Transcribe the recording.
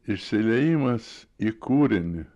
išsiliejimas į kūrinį